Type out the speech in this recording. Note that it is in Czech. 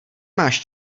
máš